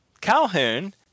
Calhoun